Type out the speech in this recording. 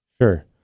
Sure